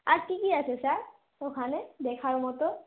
আর কী কী আছে স্যার ওখানে দেখার মতো